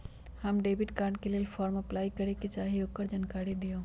हम debit card के लेल फॉर्म अपलाई करे के चाहीं ल ओकर जानकारी दीउ?